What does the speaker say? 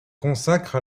consacre